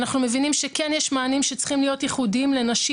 אנחנו מבינים שכן יש מענים שצריכים להיות ייחודיים לנשים.